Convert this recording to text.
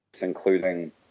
including